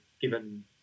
given